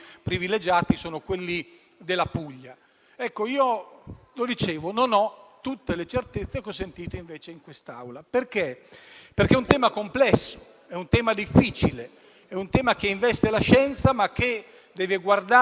io sono un sostenitore del primato della politica e quindi della decisione che ognuno di noi deve saper assumere in momenti delicati e difficili, anche quando si esprime un voto su questioni che possono apparire marginali, ma che tali non sono.